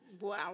Wow